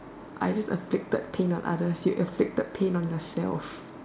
I just afflicted pain on others you afflicted pain on yourself